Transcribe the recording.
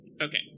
Okay